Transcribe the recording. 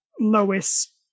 Lois